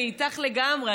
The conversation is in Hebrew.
אני איתך לגמרי.